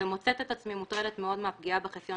ומוצאת את עצמי מוטרדת מאוד מהפגיעה בחסיון